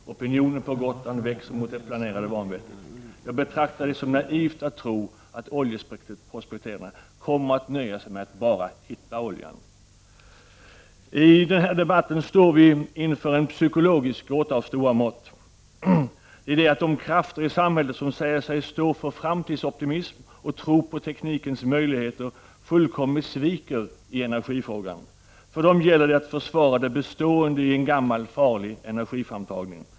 Opinionen på Gotland mot det planerade vanvettet växer. Jag betraktar det som naivt att tro att oljeprospekterarna kommer att nöja sig med att bara hitta oljan. I den här debatten står vi inför en psykologisk gåta av stora mått, i det att de krafter i samhället som säger sig stå för framtidsoptimism och tro på teknikens möjligheter fullkomligt sviker i energifrågan. För dem gäller det att försvara det bestående i en gammal, farlig energiframtagning.